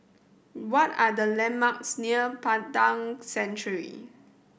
what are the landmarks near Padang Century